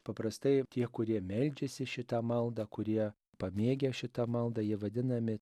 paprastai tie kurie meldžiasi šitą maldą kurie pamėgę šitą maldą jie vadinami